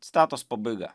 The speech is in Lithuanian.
citatos pabaiga